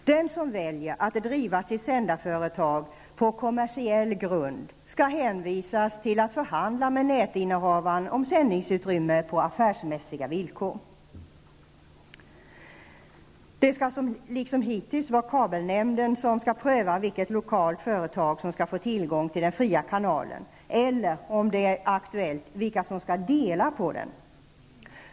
Den som väljer att driva sitt sändarföretag på kommersiell grund skall hänvisas till att förhandla med nätinnehavaren om sändningsutrymme på affärsmässiga villkor. Det skall liksom hittills vara kabelnämnden som skall pröva vilket lokalt företag som skall få tillgång till den fria kanalen, eller, om det är aktuellt, vilka som skall dela på den.